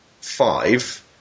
five